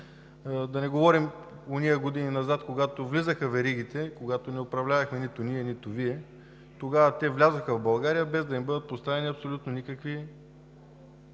Да не говорим за онези години назад, когато влизаха веригите, когато не управлявахме нито ние, нито Вие, тогава те влязоха в България, без да им бъдат поставени абсолютно никакви